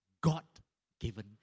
God-given